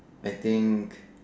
I think